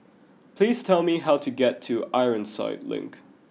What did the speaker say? please tell me how to get to Ironside Link